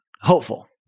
Hopeful